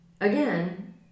again